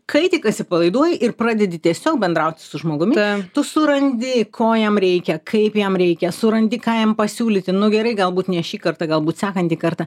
kai tik atsipalaiduoji ir pradedi tiesiog bendrauti su žmogumi tu surandi ko jam reikia kaip jam reikia surandi ką jam pasiūlyti nu gerai galbūt ne šį kartą galbūt sekantį kartą